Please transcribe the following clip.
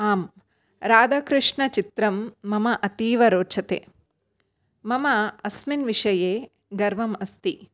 आम् राधाकृष्णचित्रं मम अतीव रोचते मम अस्मिन् विषये गर्वम् अस्ति